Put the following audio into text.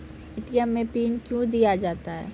ATM मे PIN कयो दिया जाता हैं?